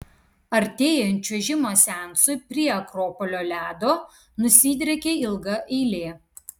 artėjant čiuožimo seansui prie akropolio ledo nusidriekia ilga eilė